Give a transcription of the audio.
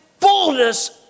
fullness